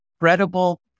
incredible